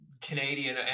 Canadian